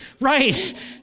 right